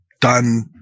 done